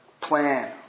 plan